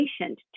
patient